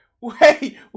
Wait